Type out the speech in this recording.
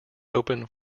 open